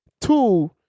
Two